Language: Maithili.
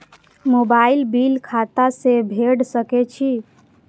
मोबाईल बील खाता से भेड़ सके छि?